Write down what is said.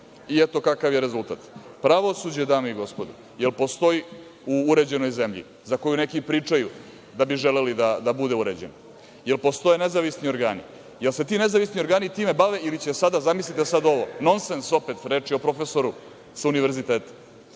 i eto kakav je rezultat. Pravosuđe dame i gospodo, da li postoji u uređenoj zemlji za koji neki pričaju da bi želeli da bude urađen. Da li postoje nezavisni organi, da li se ti nezavisni organi time bave ili će sada, zamislite sada ovo, nonses opet, reč je o profesoru sa univerziteta,